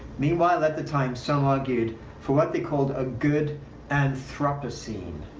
meanwhile, at the time, some argued for what they called a good anthropocene